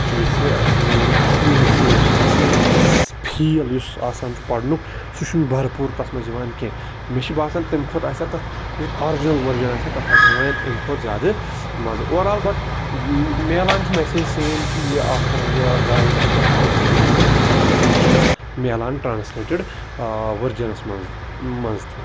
کہِ یُس یہِ اَصلی مٮ۪سیج چھُ اَصلی یُس فیٖل یُس آسان چھُ پرنُک سُہ چھُنہٕ برپوٗر تَتھ منٛز یِوان کینٛہہ مےٚ چھِ باسان تیٚمہِ کھۄتہٕ آسہِ ہا تَتھ یُس آرجَنَل ؤرجَن آسہِ ہا تَتھ آسہِ ہا یِوان امہِ کھۄتہٕ زیادٕ مَزٕ اوٚوَرآل بَٹ ملان چھِ مٮ۪سیج سیم کہِ یہِ آتھَر یہِ رایٹَر کیٛاہ چھُ یَژھان وَنُن تِم چیٖز چھِ ملان ٹرٛانَسلیٹٕڈ ؤرجَنَس منٛز منٛز تہِ